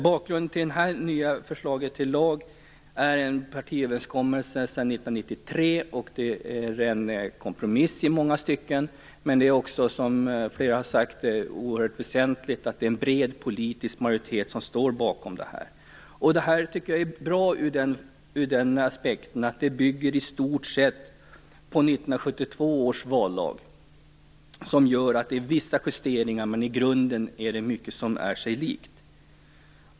Bakgrunden till det nya förslaget till lag är en partiöverenskommelse från 1993. Den är en kompromiss i många stycken, men det är också, som flera har sagt, oerhört väsentligt att en bred politisk majoritet står bakom detta. Jag tycker att detta förslag är bra ur den aspekten att det i stort sett bygger på 1972 års vallag. Det finns vissa justeringar, men i grunden är det mycket som är sig likt.